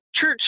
church